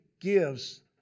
gives